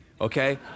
okay